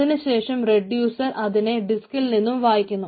അതിനുശേഷം റെഡ്യൂസർ അതിനെ ഡിസ്കിൽ നിന്ന് വായിക്കുന്നു